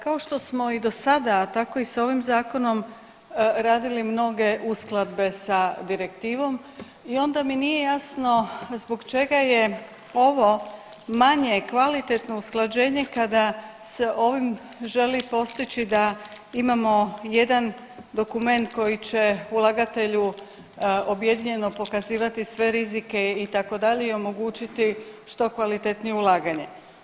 Kao što smo i do sada a tako i sa ovim zakonom radili mnoge uskladbe sa direktivom i onda mi nije jasno zbog čega je ovo manje kvalitetno usklađenje kada se ovim želi postići da imamo jedan dokument koji će ulagatelju objedinjeno pokazivati sve rizike itd. i omogućiti što kvalitetnije ulaganje.